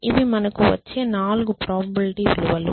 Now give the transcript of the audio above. ఇవి మనకు వచ్చే 4 ప్రాబబిలిటీ విలువలు